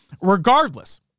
Regardless